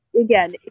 again